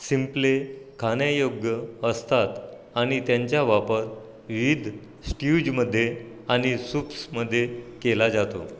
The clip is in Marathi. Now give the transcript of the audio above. शिंपले खाण्यायोग्य असतात आणि त्यांचा वापर विधस्ट्यूजमध्ये आणि सुप्समध्ये केला जातो